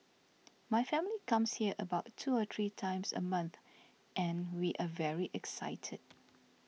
my family comes here about two or three times a month and we are very excited